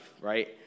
right